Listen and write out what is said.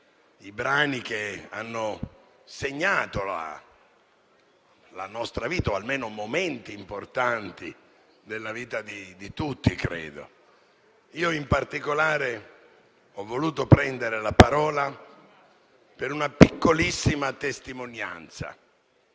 i brani che hanno segnato la nostra vita o almeno momenti importanti della vita di tutti, credo. In particolare, ho voluto prendere la parola per una piccolissima testimonianza.